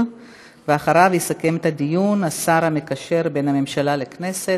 ואחריו יסכם את הדיון השר המקשר בין הממשלה לכנסת,